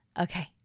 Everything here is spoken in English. Okay